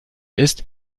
ist